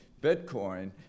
Bitcoin